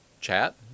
chat